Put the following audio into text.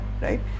right